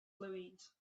louise